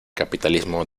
capitalismo